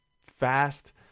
fast